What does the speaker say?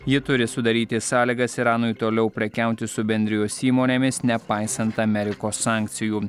ji turi sudaryti sąlygas iranui toliau prekiauti su bendrijos įmonėmis nepaisant amerikos sankcijų